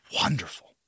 wonderful